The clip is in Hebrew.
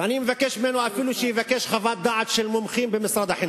ואני מבקש ממנו אפילו שיבקש חוות דעת של מומחים במשרד החינוך.